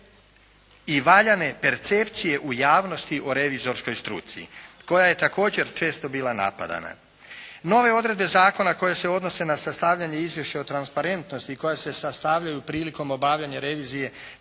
i valjane percepcije u javnosti o revizorskoj struci koja je također često bila napadana. Nove odredbe zakona koje se odnose na sastavljanje izvješća o transparentnosti koja se sastavljaju prilikom obavljanja revizije